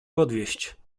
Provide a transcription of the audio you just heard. podwieźć